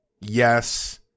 Yes